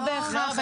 לא בהכרח.